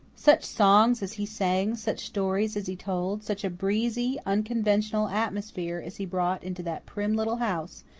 such songs as he sang, such stories as he told, such a breezy, unconventional atmosphere as he brought into that prim little house,